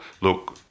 look